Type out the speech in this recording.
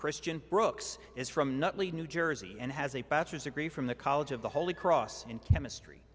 christian brooks is from nutley new jersey and has a bachelor's degree from the college of the holy cross in chemistry